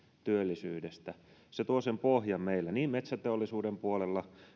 työllisyydestä se tuo sen pohjan meille metsäteollisuuden puolella